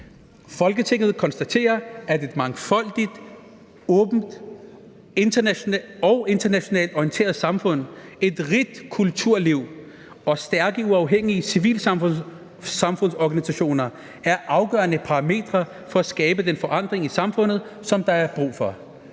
Folketinget konstaterer, at et mangfoldigt, åbent og internationalt orienteret samfund, et rigt kulturliv og stærke og uafhængige civilsamfundsorganisationer er afgørende parametre for at skabe den forandring i samfundet, som der er brug for.«